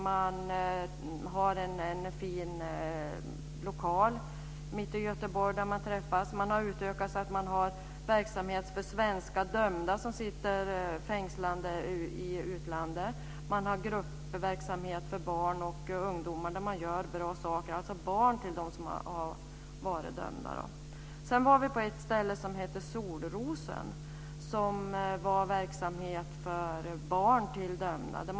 De har en fin lokal mitt i Göteborg där de träffas. Man har utökat med verksamhet för svenska dömda som sitter fängslade i utlandet. Man har gruppverksamhet för barn och ungdomar där man gör bra saker. Det gäller barn till dem som har varit dömda. Sedan var vi på ett ställe som hette Solrosen. Det är verksamhet för barn till dömda.